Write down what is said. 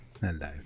Hello